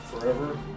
Forever